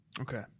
okay